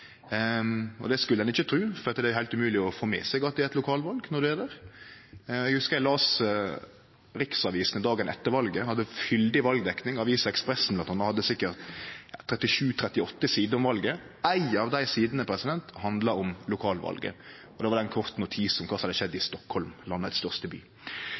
og det skulle ein ikkje tru, for det er heilt umogleg å få med seg at det er eit lokalval når ein er der. Eg hugsar eg las riksavisene dagen etter valet, og dei hadde fyldig valdekning. Avisa Expressen hadde sikkert 37–38 sider om valet. Éi av dei sidene handla om lokalvalet, og det var ein kort notis om kva som hadde skjedd i Stockholm, den største